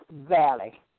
valley